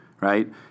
right